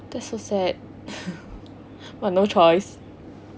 that's so sad got no choice